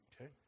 Okay